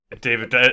David